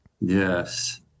Yes